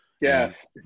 yes